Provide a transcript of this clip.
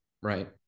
right